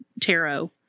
tarot